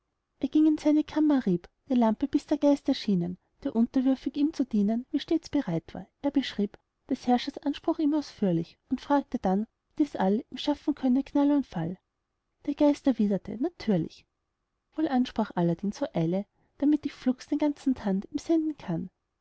er ging in seine kammer rieb die lampe bis der geist erschienen der unterwürfig ihm zu dienen wie stets bereit war er beschrieb des herrschers anspruch ihm ausführlich und fragte dann ob er dies all ihm schaffen könne knall und fall der geist erwiderte natürlich wohlan sprach aladdin so eile damit ich flugs den ganzen tand ihm senden kann